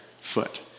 Foot